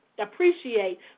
appreciate